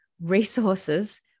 resources